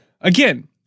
Again